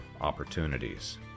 opportunities